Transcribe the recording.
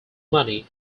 money